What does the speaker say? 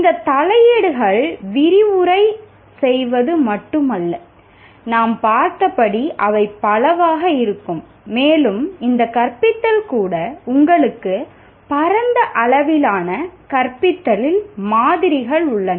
இந்த தலையீடுகள் விரிவுரை செய்வது மட்டுமல்ல நாம் பார்த்தபடி அவை பலவாக இருக்கும் மேலும் இந்த கற்பித்தலில் கூட உங்களுக்கு பரந்த அளவிலான கற்பித்தல் மாதிரிகள் உள்ளன